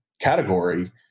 category